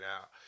out